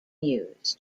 used